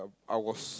I I was